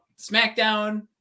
SmackDown